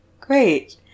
great